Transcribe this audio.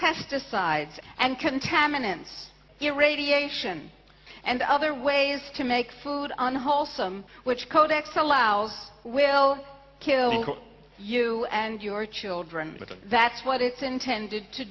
pesticides and contaminants irradiation and other ways to make food on wholesome which codex allows will kill you and your children because that's what it's intended to